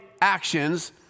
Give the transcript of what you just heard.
actions